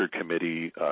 committee